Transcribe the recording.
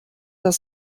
das